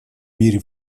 мире